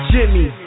Jimmy